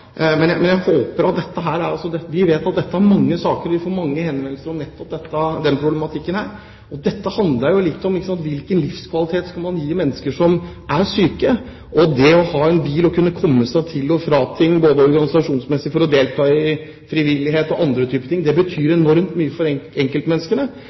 Vi vet at det er mange saker, og vi får mange henvendelser om nettopp denne problematikken. Dette handler om hvilken livskvalitet man skal gi mennesker som er syke. Det å ha en bil for å kunne komme seg til og fra ting, og kunne delta organisasjonsmessig både i frivillig arbeid og andre ting, betyr